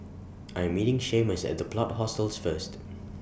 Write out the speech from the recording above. I Am meeting Seamus At The Plot Hostels First